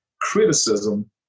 criticism